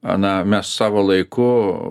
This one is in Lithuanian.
na mes savo laiku